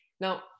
Now